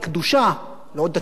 אבל בקדושה אזרחית,